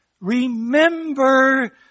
remember